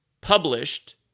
published